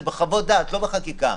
זה בחוות דעת ולא בחקיקה.